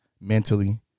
mentally